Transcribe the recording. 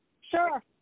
Sure